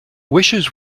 wishes